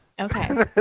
Okay